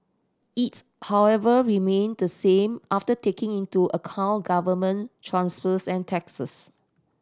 it however remained the same after taking into account government transfers and taxes